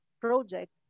project